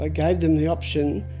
i gave them the option